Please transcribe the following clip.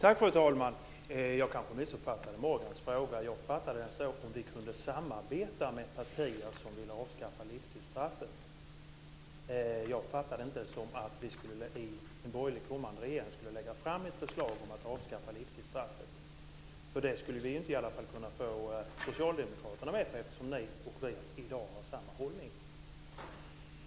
Fru talman! Jag kanske missuppfattade Morgans fråga. Jag uppfattade att den gällde om vi kunde samarbeta med partier som vill avskaffa livstidsstraffet. Jag uppfattade den inte så att en kommande borgerlig regering skulle lägga fram ett förslag om att avskaffa livstidsstraffet. Det skulle vi i varje fall inte kunna få med oss Socialdemokraterna på eftersom ni och vi i dag har samma hållning.